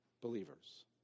believers